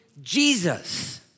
Jesus